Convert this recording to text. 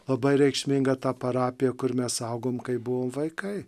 labai reikšminga ta parapija kur mes augom kai buvom vaikai